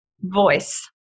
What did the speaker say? voice